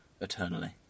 eternally